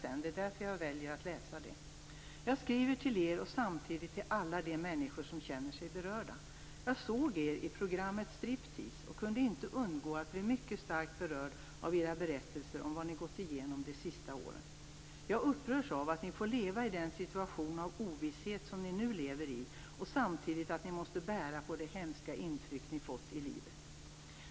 Brevet är skrivet av en man, och det heter där bl.a.: Jag skriver till er och samtidigt till alla de människor som känner sig berörda. Jag såg er i programmet Striptease och kunde inte undgå att bli mycket starkt berörd av era berättelser om vad ni gått igenom det sista året. Jag upprörs av att ni får leva i den situation av ovisshet som ni nu lever i och samtidigt att ni måste bära på de hemska intryck ni fått i livet.